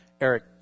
Eric